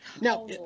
now